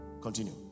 continue